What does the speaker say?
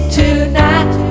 tonight